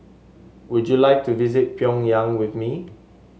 would you like to visit Pyongyang with me